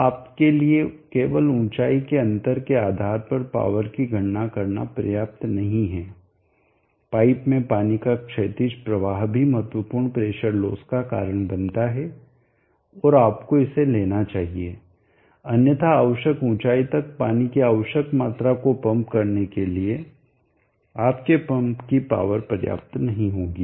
तो आपके लिए केवल ऊंचाई के अंतर के आधार पर पॉवर की गणना करना पर्याप्त नहीं है पाइप में पानी का क्षैतिज प्रवाह भी महत्वपूर्ण प्रेशर लोस का कारण बनता है और आपको इसे लेना चाहिए अन्यथा आवश्यक ऊंचाई तक पानी की आवश्यक मात्रा को पंप करने के लिए आपके पंप की पॉवर पर्याप्त नहीं होगी